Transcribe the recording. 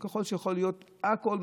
יכול להיות הכול,